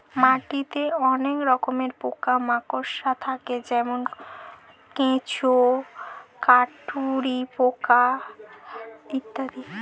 মাটিতে অনেক রকমের পোকা মাকড় থাকে যেমন কেঁচো, কাটুই পোকা ইত্যাদি